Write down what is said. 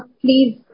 please